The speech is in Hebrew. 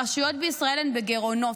הרשויות בישראל בגירעונות.